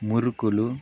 మురుకులు